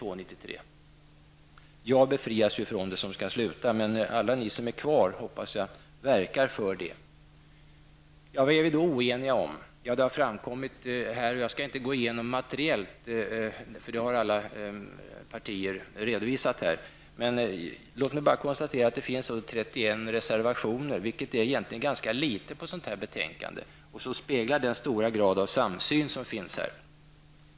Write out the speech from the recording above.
Jag som skall sluta i riksdagen befrias ju från det, men alla ni som är kvar hoppas jag verkar för det. Vad är vi då oeniga om? Det har framkommit här, och jag skall inte gå i genom det materiellt, för det har alla partier redan redovisat. Låt mig bara konstatera att det finns 31 reservationer, vilket egentligen är ganska litet för ett sådant här betänkande och speglar den stora grad av samsyn som finns.